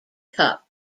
cup